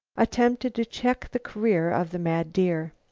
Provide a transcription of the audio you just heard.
attempted to check the career of the mad deer.